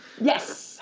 Yes